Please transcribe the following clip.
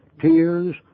tears